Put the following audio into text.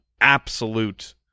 absolute